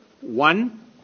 One